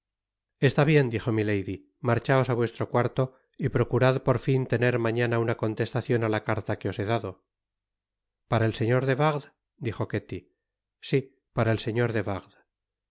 está bien dijo milady marchaos á vuestro cuarto y procurad por fin tener mañana una contestacion á la carta que os he dado para el señor de wardes dijo ketty si para el señor de